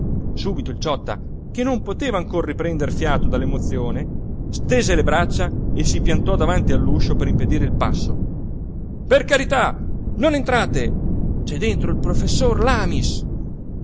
il ciotta che non poteva ancora riprender fiato dall'emozione stese le braccia e si piantò davanti all'uscio per impedire il passo per carità non entrate c'è dentro il professor lamis